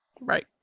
Right